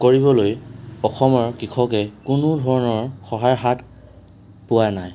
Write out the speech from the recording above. কৰিবলৈ অসমৰ কৃষকে কোনো ধৰণৰ সহায় হাত পোৱা নাই